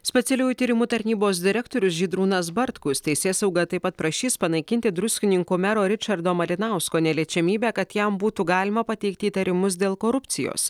specialiųjų tyrimų tarnybos direktorius žydrūnas bartkus teisėsaugą taip pat prašys panaikinti druskininkų mero ričardo malinausko neliečiamybę kad jam būtų galima pateikti įtarimus dėl korupcijos